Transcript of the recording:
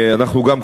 אנחנו גם,